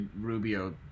Rubio